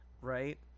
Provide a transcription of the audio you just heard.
right